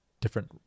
different